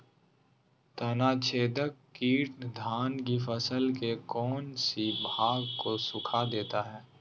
तनाछदेक किट धान की फसल के कौन सी भाग को सुखा देता है?